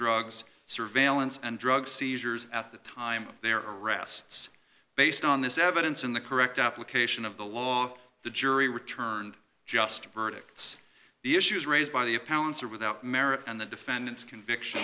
drugs surveillance and drug seizures at the time of their arrests based on this evidence in the correct application of the law the jury returned just verdicts the issues raised by the of pounds are without merit and the defendant's conviction